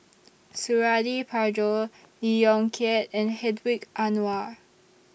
Suradi Parjo Lee Yong Kiat and Hedwig Anuar